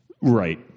Right